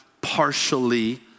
partially